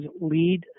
lead